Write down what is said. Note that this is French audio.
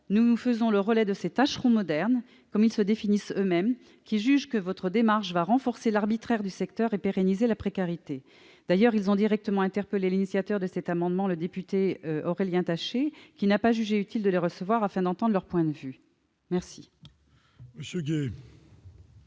nous nous faisons le relais de ces tâcherons modernes, comme ils se définissent eux-mêmes, qui jugent que votre démarche va renforcer l'arbitraire du secteur et pérenniser la précarité. D'ailleurs, ils ont directement interpellé le parlementaire à l'initiative de cet amendement, le député Aurélien Taché, qui n'a pas jugé utile de les recevoir afin d'entendre leur point de vue. La parole est à M.